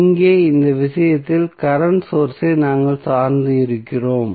இங்கே இந்த விஷயத்தில் கரண்ட் சோர்ஸ் ஐ நாங்கள் சார்ந்து இருக்கிறோம்